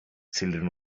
children